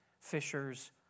fishers